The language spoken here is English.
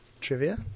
trivia